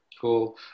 Cool